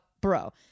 bro